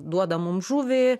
duoda mums žuvį